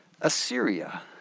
Assyria